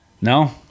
no